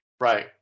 Right